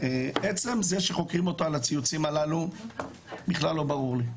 עצם זה שחוקרים אותו על הציוצים הללו בכלל לא ברור לי,